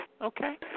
okay